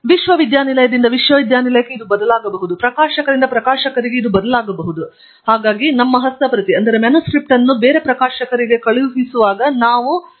ವಿಶ್ವವಿದ್ಯಾನಿಲಯದಿಂದ ವಿಶ್ವವಿದ್ಯಾನಿಲಯಕ್ಕೆ ಬದಲಾಗಬಹುದು ಮತ್ತು ಪ್ರಕಾಶಕರಿಂದ ಪ್ರಕಾಶಕರಿಗೆ ಪ್ರಕಟಣೆಗಾಗಿ ನಮ್ಮ ಹಸ್ತಪ್ರತಿಯನ್ನು ಕಳುಹಿಸಲು ನಾವು ಬಯಸುತ್ತೇವೆ